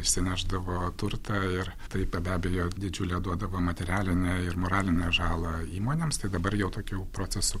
išsinešdavo turtą ir tai be abejo didžiulę duodavo materialinę ir moralinę žalą įmonėms tai dabar jau tokių procesų